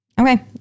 Okay